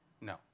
No